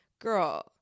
girl